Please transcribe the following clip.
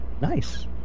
Nice